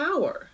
power